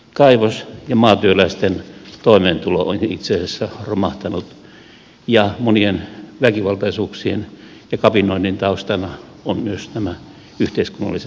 kaivos ja maatyöläisten toimeentulo onkin itse asiassa romahtanut ja kapinoinnin ja monien väkivaltaisuuksien taustana ovat myös nämä yhteiskunnalliset tosiasiat